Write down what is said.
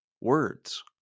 words